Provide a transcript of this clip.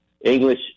English